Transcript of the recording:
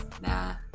Nah